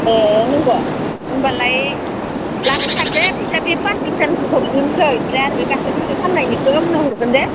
ए नंगौ होमब्लालाय लाबोथार दे फैसा बे पास लिटारनिखो हरग्रोनोसै ओमफ्राय आरो गाइखेर मोखै खालामनायनिखो उनाव हरगोन दे